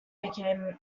became